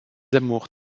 amours